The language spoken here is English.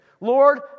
Lord